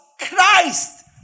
Christ